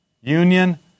union